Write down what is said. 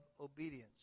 obedience